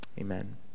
Amen